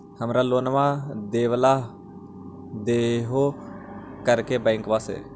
हमरा लोनवा देलवा देहो करने बैंकवा से?